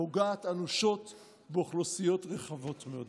פוגעת אנושות באוכלוסיות רחבות מאוד.